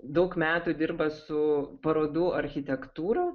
daug metų dirba su parodų architektūra